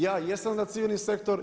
Ja jesam za civilni sektor.